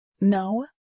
No